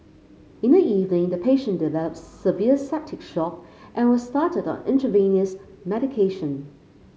in the evening the patient developed severe septic shock and was started on intravenous medication